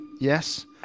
Yes